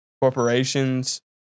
corporations